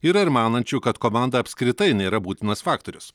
yra ir manančių kad komanda apskritai nėra būtinas faktorius